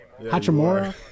Hachimura